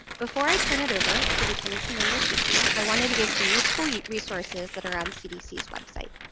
before i turn it over to lieutenant commander casey, i wanted to give some useful yeah resources that are on cdc's website.